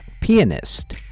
pianist